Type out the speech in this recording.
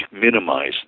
minimize